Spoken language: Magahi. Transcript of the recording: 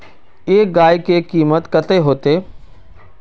एक गाय के कीमत कते होते?